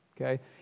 okay